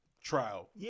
trial